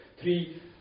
three